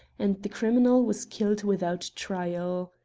and the criminal was killed without trial.